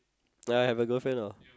ya I have a girlfriend ah